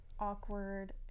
Awkward